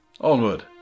Onward